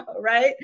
Right